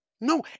No